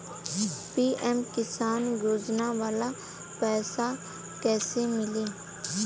PM Kisan योजना वाला पैसा कईसे मिली?